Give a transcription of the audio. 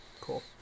cool